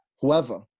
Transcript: whoever